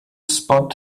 spot